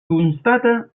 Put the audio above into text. constata